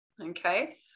okay